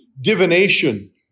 divination